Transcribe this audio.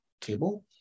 table